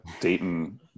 dayton